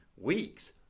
weeks